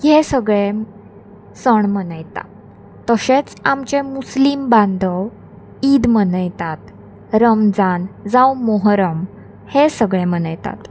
हे सगळें सण मनयता तशेंच आमचें मुस्लीम बांदव ईद मनयतात रमजान जावं मोहरम हे सगळें मनयतात